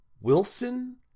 wilson